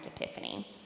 Epiphany